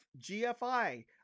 GFI